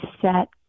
set